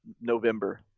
november